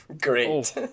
Great